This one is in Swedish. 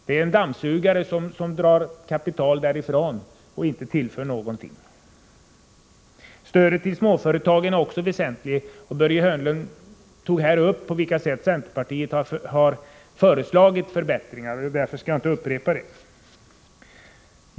De är en dammsugare, som drar kapital därifrån och inte tillför någonting. Stödet till småföretagen är också väsentligt. Börje Hörnlund berörde på vilka sätt centerpartiet har förelagit förbättringar, och därför skall jag inte upprepa detta.